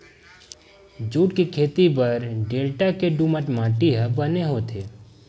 jute के खेती बर डेल्टा के दुमट माटी ह बने होथे